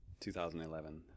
2011